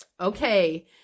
okay